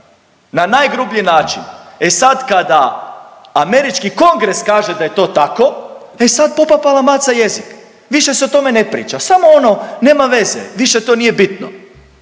na najgrublji način, e sad kada Američki kongres kaže da je to tako, e sad popapala maca jezik, više se o tome ne priča, samo ono nema veze više to nije bitno.